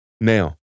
Now